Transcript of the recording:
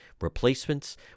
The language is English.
Replacements